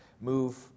move